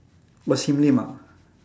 what sim lim ah